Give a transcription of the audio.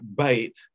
bait